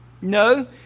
No